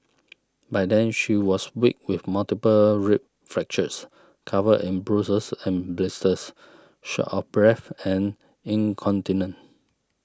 by then she was weak with multiple rib fractures covered in bruises and blisters short of breath and incontinent